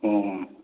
ꯑꯣ